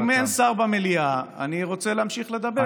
אם אין שר במליאה, אני רוצה להמשיך לדבר.